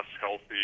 healthy